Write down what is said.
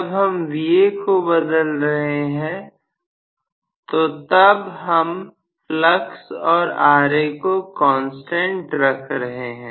जब हम Va को बदल रहे हैं तो तब हम फ्लक्स और Ra को कांस्टेंट रख रहे हैं